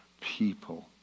people